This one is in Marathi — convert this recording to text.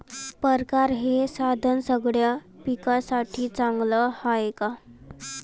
परकारं हे साधन सगळ्या पिकासाठी चांगलं हाये का?